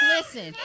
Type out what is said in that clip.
Listen